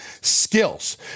skills